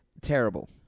Terrible